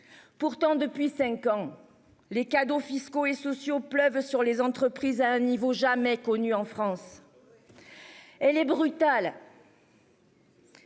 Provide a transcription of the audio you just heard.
Pourtant depuis 5 ans les cadeaux fiscaux et sociaux pleuvent sur les entreprises à un niveau jamais connu en France. Elle est brutale.